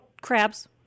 Crabs